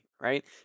right